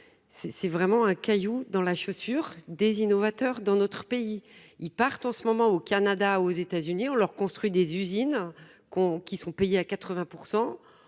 c'est vraiment un caillou dans la chaussure des innovateurs dans notre pays. Ils partent en ce moment au Canada, aux États-Unis on leur construit des usines qu'qui sont payés à 80%.